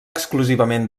exclusivament